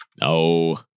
No